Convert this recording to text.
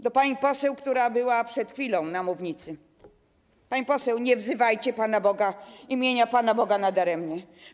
Do pani poseł, która była przed chwilą na mównicy: pani poseł, nie wzywajcie imienia Pana Boga nadaremnie.